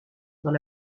dans